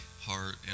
heart